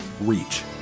reach